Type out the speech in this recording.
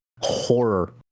horror